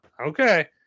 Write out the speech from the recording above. Okay